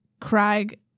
Craig